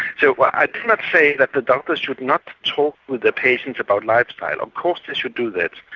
so i cannot say that the doctors should not talk with their patients about lifestyle, of course they should do that.